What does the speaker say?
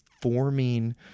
forming